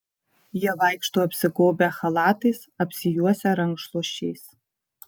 jie vaikšto apsigobę chalatais apsijuosę rankšluosčiais